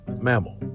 mammal